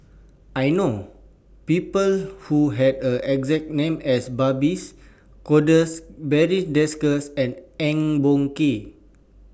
I know People Who Have The exact name as Babes Conde Barry Desker and Eng Boh Kee